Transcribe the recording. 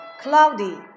Cloudy